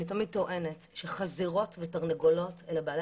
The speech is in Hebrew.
אני תמיד טוענת שחזירות ותרנגולות אלה בעלי